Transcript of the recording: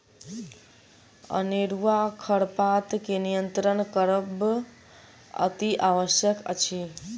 अनेरूआ खरपात के नियंत्रण करब अतिआवश्यक अछि